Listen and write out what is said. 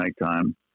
nighttime